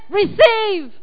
receive